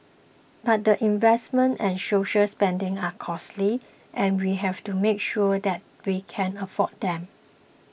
but the investments and social spending are costly and we have to make sure that we can afford them